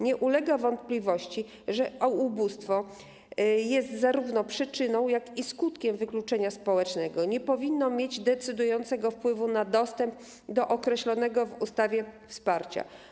Nie ulega wątpliwości, że ubóstwo jest zarówno przyczyną, jak i skutkiem wykluczenia społecznego i nie powinno mieć decydującego wpływu na dostęp do określonego w ustawie wsparcia.